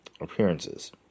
appearances